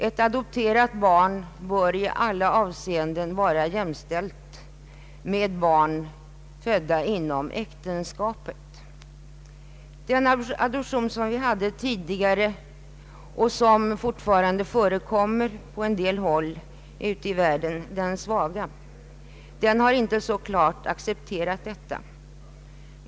Ett adopterat barn bör i alla avseenden vara jämställt med barn födda inom äktenskapet. Den adoption som vi hade tidigare och som fortfarande förekommer på en del håll ute i världen, dvs. den svaga, har inte så klart accepterat detta.